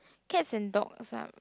cats and dogs are